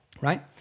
right